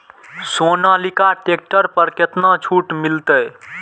Sonalika tractor पर केतना छूट मिलते?